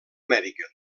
amèrica